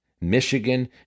Michigan